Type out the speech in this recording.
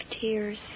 tears